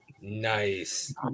Nice